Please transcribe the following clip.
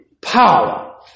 power